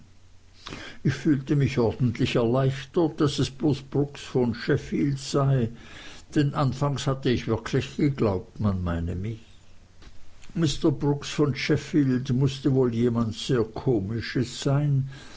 ich fühlte mich ordentlich erleichtert daß es bloß brooks von sheffield sei denn anfangs hatte ich wirklich geglaubt man meine mich mr brooks von sheffield mußte wohl jemand sehr komisches sein